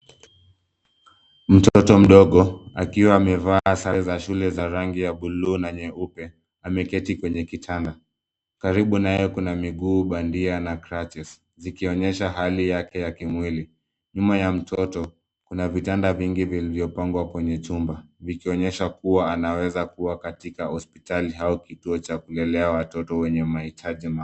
Mtoto mdogo, akiwa amevaa sare za shule za rangi ya buluu na nyeupe, ameketi kwenye kitanda. Karibu naye kuna miguu bandia na crutches, zikionyesha hali yake ya kimwili. Nyuma ya mtoto, kuna vitanda vingi vilvyopangwa kwenye chumba vikionyesha kuwa anaweza kuwa katika hospitali au kituo cha kulelea watoto wenye mahitaji maalum.